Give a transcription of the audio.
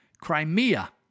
Crimea